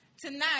Tonight